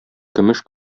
көмеш